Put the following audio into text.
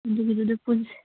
ꯑꯗꯨꯒꯤꯗꯨꯗ ꯄꯨꯟꯁꯦ